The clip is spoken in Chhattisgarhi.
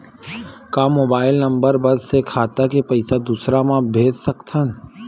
का मोबाइल नंबर बस से खाता से पईसा दूसरा मा भेज सकथन?